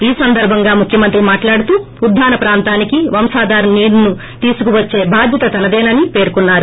ఈ సందర్బం గా ముఖ్యమంత్రి మాటలాడుతూ ఉద్దాన ప్రాంతానికి వంశాదర నీరు ను తీసుకువచ్చే బాద్యత తనదేనని పెర్కున్నారు